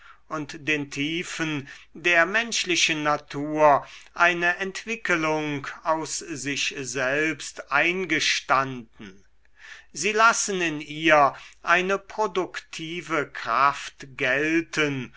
und den tiefen der menschlichen natur eine entwickelung aus sich selbst eingestanden sie lassen in ihr eine produktive kraft gelten